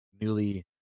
newly